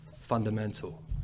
fundamental